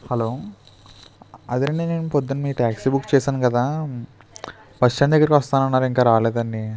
hello అదేనండి నేను పొద్దున మీ ట్యాక్సీ బుక్ చేశాను కదా బస్టాండ్ దగ్గరికి వస్తా అన్నారు ఇంకా రాలేదండి